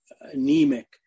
anemic